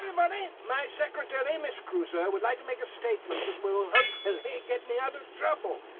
everybody! my secretary miss crusoe would like to make a statement that will hopefully get me out of trouble.